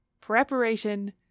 preparation